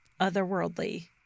otherworldly